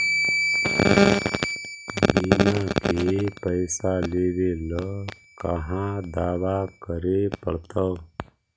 बिमा के पैसा लेबे ल कहा दावा करे पड़तै?